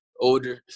Older